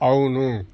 అవును